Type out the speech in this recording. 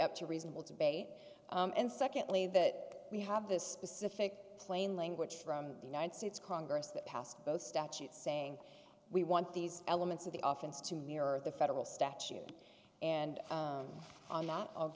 up to reasonable debate and secondly that we have this specific plain language from the united states congress that passed both statute saying we want these elements of the often to mirror the federal statute and a lot of